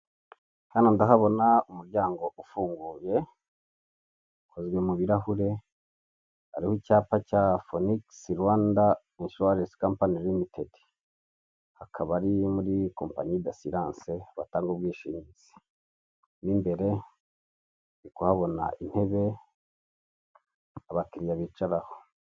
Hano ndahabona umuryango ufunguye, ukozwe mu birahure, hariho icyapa cya Fonikisi Rwanda inshuwarensi kampani limitedi. Hakaba ari muri kompanyi da asiranse, batanga ubwishingizi. Mo imbere ndi kubona intebe abakiriya bicaraho.